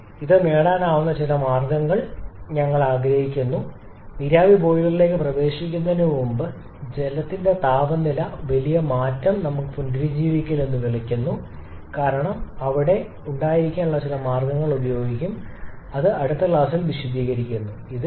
അതിനാൽ ഇത് നേടാനാകുന്ന ചില മാർഗ്ഗങ്ങൾ ചേർക്കാൻ ഞങ്ങൾ ആഗ്രഹിക്കുന്നു നീരാവി ബോയിലറിലേക്ക് പ്രവേശിക്കുന്നതിനുമുമ്പ് ജലത്തിന്റെ താപനിലയിൽ വലിയ മാറ്റം ഞങ്ങൾ പുനരുജ്ജീവിപ്പിക്കൽ എന്ന് വിളിക്കുന്നു കാരണം അവിടെ ഞാൻ ഉണ്ടായിരിക്കാനുള്ള ചില മാർഗ്ഗങ്ങൾ ഉപയോഗിക്കും അടുത്ത ക്ലാസ്സിൽ വിശദീകരിക്കുന്നു